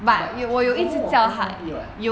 but he's not happy [what]